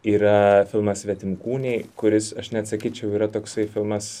yra filmas svetimkūniai kuris aš net sakyčiau yra toksai filmas